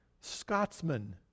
scotsman